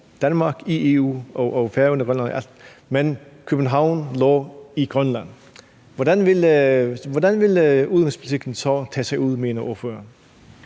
Danmark i EU og med Færøerne og Grønland osv., men København lå i Grønland? Hvordan ville udenrigspolitikken så tage sig ud, mener ordføreren?